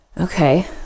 Okay